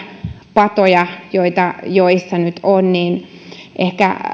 patoja joita joissa nyt on niin ehkä